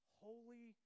holy